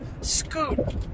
scoot